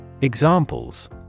Examples